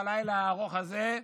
בלילה הארוך הזה,